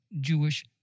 Jewish